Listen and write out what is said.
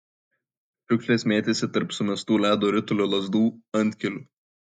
šiukšlės mėtėsi tarp sumestų ledo ritulio lazdų antkelių